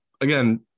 again